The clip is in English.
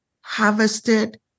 harvested